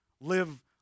live